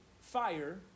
fire